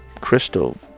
crystal